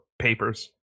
papers